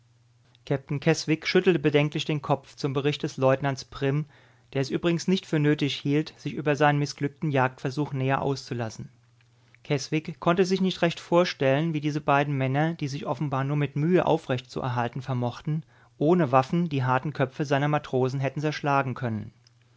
scheitelte bedenklich den kopf zum bericht des leutnants prim der es übrigens nicht für nötig hielt sich über seinen mißglückten jagdversuch näher auszulassen keswick konnte sich nicht recht vorstellen wie diese beiden männer die sich offenbar nur mit mühe aufrecht zu erhalten vermochten ohne waffen die harten köpfe seiner matrosen hätten zerschlagen können